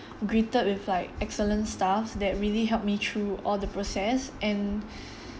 greeted with like excellent staffs that really helped me through all the process and